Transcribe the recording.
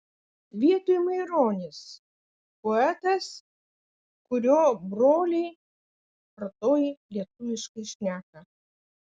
vietoj maironis poetas kurio broliai artojai lietuviškai šneka